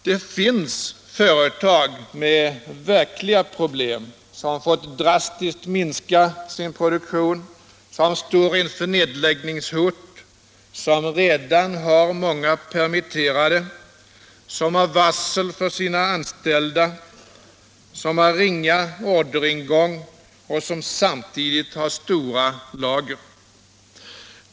Det finns företag med verkliga problem, företag som drastiskt har fått minska sin produktion, som står inför nedläggningshot, som redan har många permitterade, som har varslat sina anställda och som har ringa orderingång och samtidigt stora lager.